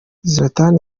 zlatan